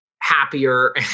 happier